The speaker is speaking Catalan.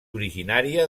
originària